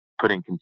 putting